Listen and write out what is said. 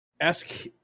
ask